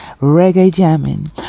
reggae-jamming